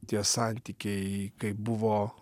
tie santykiai kai buvo